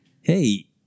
hey